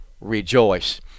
rejoice